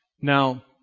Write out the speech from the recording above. Now